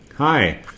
Hi